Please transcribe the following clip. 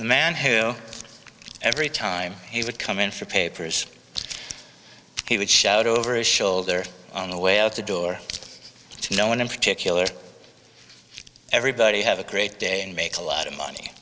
man who every time he would come in for papers he would shout over his shoulder on the way out the door no one in particular everybody have a great day and make a lot of money